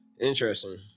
Interesting